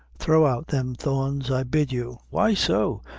throw out them thorns, i bid you. why so?